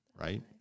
right